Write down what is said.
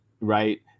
right